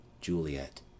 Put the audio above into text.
Juliet